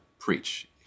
preach